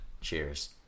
cheers